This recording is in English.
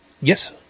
Yes